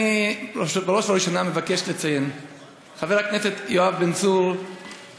בראש ובראשונה אני מבקש לציין חבר הכנסת יואב בן צור,